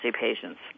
Patients